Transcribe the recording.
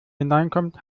hineinkommt